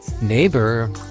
Neighbor